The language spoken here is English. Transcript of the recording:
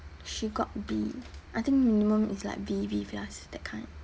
she got B I think minimum is like B B plus that kind